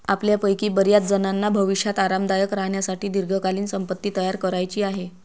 आपल्यापैकी बर्याचजणांना भविष्यात आरामदायक राहण्यासाठी दीर्घकालीन संपत्ती तयार करायची आहे